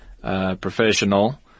professional